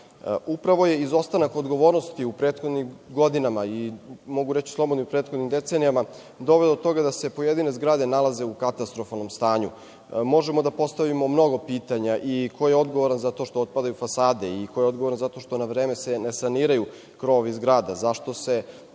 zakona. Upravo je izostanak odgovornosti u prethodnim godinama i mogu reći slobodno i prethodnim decenijama dovelo do toga da se pojedine zgrade nalaze u katastrofalnom stanju. Možemo da postavimo mnogo pitanja i ko je odgovoran za to što otpadaju fasade i ko je odgovoran zato što na vreme se ne saniraju krovovi zgrada, zašto u